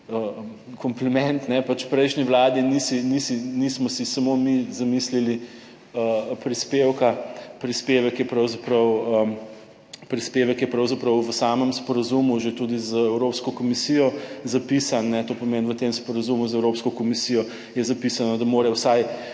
kompliment, pač v prejšnji vladi nisi, nisi, nismo si samo mi zamislili prispevka, prispevek je pravzaprav, prispevek je pravzaprav v samem sporazumu že tudi z Evropsko komisijo zapisan. To pomeni, v tem sporazumu z Evropsko komisijo je zapisano, da mora vsaj